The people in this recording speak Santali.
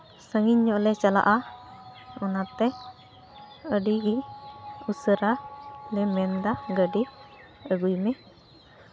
ᱥᱟᱺᱜᱤᱧ ᱧᱚᱜ ᱞᱮ ᱪᱟᱞᱟᱜᱼᱟ ᱚᱱᱟᱛᱮ ᱟᱹᱰᱤᱜᱮ ᱩᱥᱟᱹᱨᱟ ᱞᱮ ᱢᱮᱱᱫᱟ ᱜᱟᱹᱰᱤ ᱟᱹᱜᱩᱭ ᱢᱮ